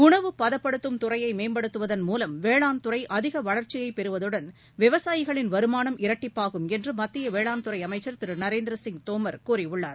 உணவு பதப்படுத்தம் துறையை மேம்படுத்துவதன் மூவம் வேளாண்துறை அதிக வளர்ச்சியை பெறுவதுடன் விவசாயிகளின் வருமானம் இரட்டிப்பாகும் என்று மத்திய வேளான் துறை அமைச்சர் திரு நரேந்திர சிங் தோமர் கூறியுள்ளார்